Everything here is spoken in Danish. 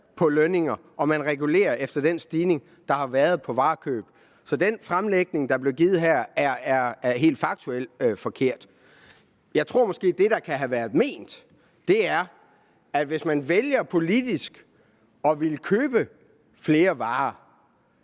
på lønninger, og man regulerer efter den stigning, der har været på varekøb. Så den fremlægning, der blev givet her, er faktuelt helt forkert. Jeg tror måske, at det, der kan have været ment, var dette: Hvis man vælger politisk at ville købe flere varer,